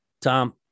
Tom